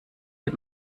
dem